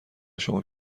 شما